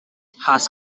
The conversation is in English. has